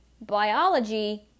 biology